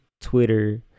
Twitter